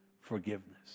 forgiveness